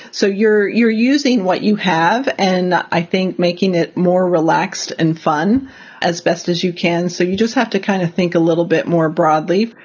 so you're you're using what you have and i think making it more relaxed and fun as best as you can. so you just have to kind of think a little bit more broadly.